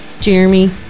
Jeremy